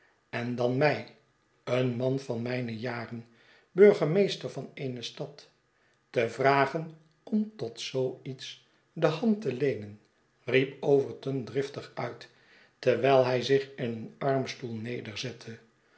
en dan mij een man van mijne jaren burgemeester van eene stad te vragen om tot zoo iets de hand te leenen riep overton driftig uit terwijl hij zich in een armstoel ne'derzette